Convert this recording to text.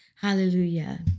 Hallelujah